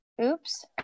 Oops